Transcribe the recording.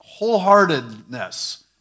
wholeheartedness